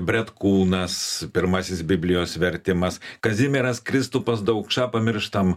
bretkūnas pirmasis biblijos vertimas kazimieras kristupas daukša pamirštam